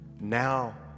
Now